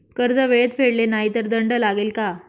कर्ज वेळेत फेडले नाही तर दंड लागेल का?